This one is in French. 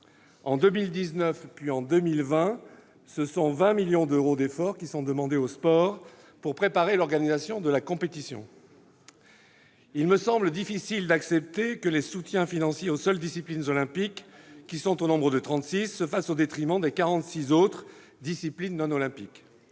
En 2019, puis en 2020, ce sont 20 millions d'euros d'efforts qui sont demandés au sport pour préparer l'organisation de la compétition. Il me semble difficile d'accepter que les soutiens financiers aux seules disciplines olympiques, qui sont au nombre de trente-six, se fassent au détriment des quarante-six disciplines qui